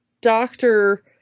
doctor